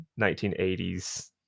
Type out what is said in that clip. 1980s